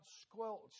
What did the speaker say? squelch